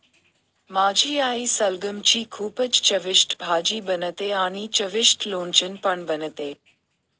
माझी आई सलगम ची खूपच चविष्ट भाजी बनवते आणि चविष्ट लोणचं पण बनवते